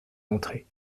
entrée